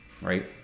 Right